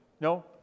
No